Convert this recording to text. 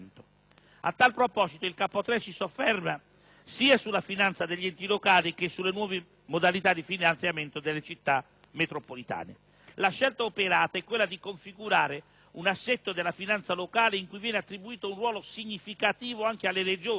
A tal proposito, il Capo III si sofferma sia sulla finanza degli enti locali che sulle nuove modalità di finanziamento delle città metropolitane. La scelta operata è quella di configurare un assetto della finanza locale in cui viene attribuito un ruolo significativo anche alle Regioni